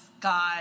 God